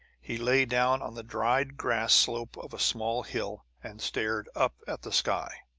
he lay down on the dried grass slope of a small hill, and stared up at the sky.